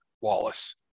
Wallace